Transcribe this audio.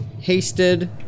hasted